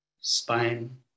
spine